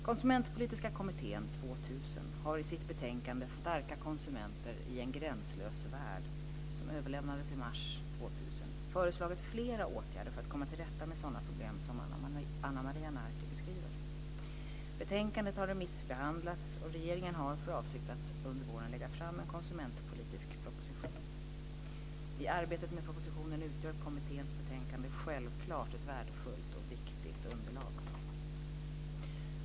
Konsumentpolitiska kommittén 2000 har i sitt betänkande Starka konsumenter i en gränslös värld , som överlämnades i mars 2000, föreslagit flera åtgärder för att komma till rätta med sådana problem som Ana Maria Narti beskriver. Betänkandet har remissbehandlats och regeringen har för avsikt att under våren lägga fram en konsumentpolitisk proposition. I arbetet med propositionen utgör kommitténs betänkande självklart ett värdefullt och viktigt underlag.